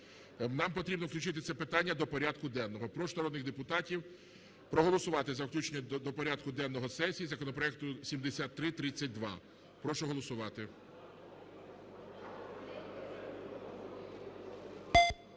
Нам потрібно включити це питання до порядку денного. Прошу народних депутатів проголосувати за включення до порядку денного сесії законопроекту 7332. Прошу голосувати.